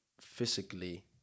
physically